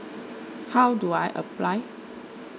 how do I apply